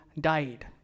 died